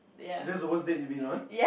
is that the worst date you been on